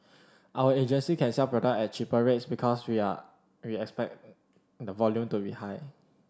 our agency can sell products at cheaper rates because we are we expect the volume to be high